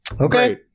Okay